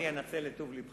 אני אנצל את טוב לבך?